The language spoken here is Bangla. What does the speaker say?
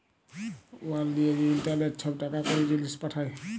উয়ার লিয়ে যে ইলটারলেটে ছব টাকা কড়ি, জিলিস পাঠায়